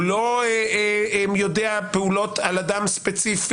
הוא לא יודע פעולות על אדם ספציפי.